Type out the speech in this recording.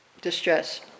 distress